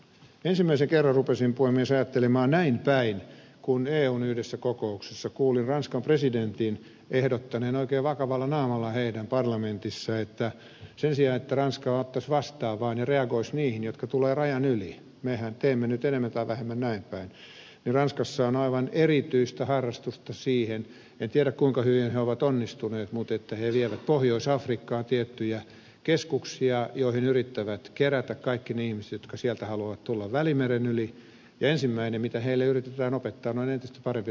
ensimmäisen kerran rupesin puhemies ajattelemaan näin päin kun eun yhdessä kokouksessa kuulin ranskan presidentin ehdottaneen oikein vakavalla naamalla heidän parlamentissaan että sen sijaan että ranska ottaisi vastaan vaan ja reagoisi niihin jotka tulevat rajan yli mehän teemme nyt enemmän tai vähemmän näin päin niin ranskassa on aivan erityistä harrastusta siihen en tiedä kuinka hyvin he ovat onnistuneet mutta he vievät pohjois afrikkaan tiettyjä keskuksia joihin yrittävät kerätä kaikki ne ihmiset jotka sieltä haluavat tulla välimeren yli ja ensimmäinen mitä heille yritetään opettaa on entistä parempi ranskan kieli